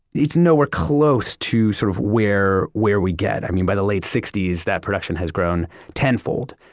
it's nowhere close to sort of, where where we get. i mean, by the late sixty s that production has grown tenfold.